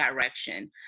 direction